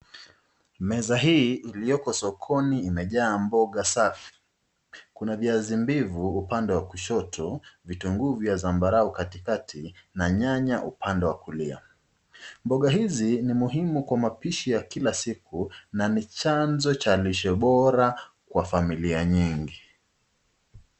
Meza hii iliyoko sokoni imejaa mboga safi. Kuna viazi mbivu upande wa kushoto, vitunguu vya zambarau katikati na nyanya upande wa kulia. Mboga hizi ni muhimu kwa mapishi ya kila siku na ni chanzo cha lishe bora kwa familia nyingi.